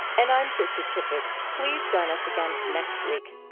and i'm krista tippett. please join us again next week